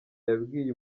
yabwiye